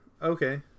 Okay